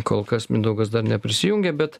kol kas mindaugas dar neprisijungė bet